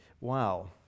Wow